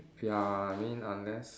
ya I mean unless